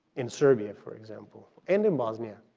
in serbia, for example, and in bosnia